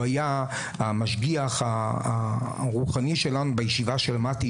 הוא היה המשגיח הרוחני שלנו בישיבה שלמדתי בה,